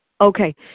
Okay